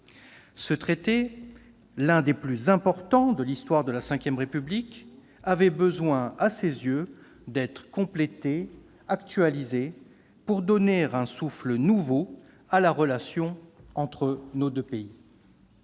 Ce traité, l'un des plus importants de l'histoire de la V République, avait besoin à ses yeux d'être complété, actualisé, pour donner un souffle nouveau à la relation entre nos deux pays.